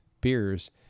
beers